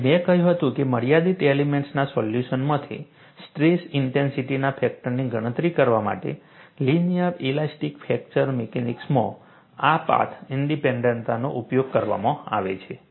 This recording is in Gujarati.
અને મેં કહ્યું હતું કે મર્યાદિત એલિમેન્ટના સોલ્યુશનમાંથી સ્ટ્રેસ ઇન્ટેન્સિટીના ફેક્ટરની ગણતરી કરવા માટે લિનિયર ઇલાસ્ટિક ફ્રેક્ચર મિકેનિક્સમાં આ પાથ ઇન્ડીપેન્ડન્ટતાનો ઉપયોગ કરવામાં આવે છે